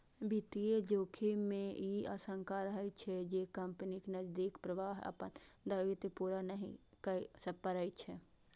वित्तीय जोखिम मे ई आशंका रहै छै, जे कंपनीक नकदीक प्रवाह अपन दायित्व पूरा नहि कए पबै छै